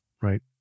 right